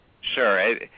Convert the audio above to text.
Sure